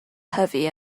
heavy